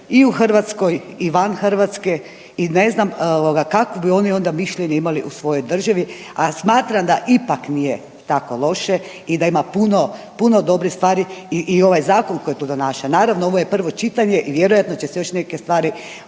i u Hrvatskoj i van Hrvatske i ne znam ovoga kakvo bi oni onda mišljenje imali o svojoj državi, a smatram da ipak nije tako loše i da ima puno, puno dobrih stvari i ovaj zakon koji tu donaša. Naravno ovo je prvo čitanje i vjerojatno će se još neke stvari moguće